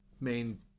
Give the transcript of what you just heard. main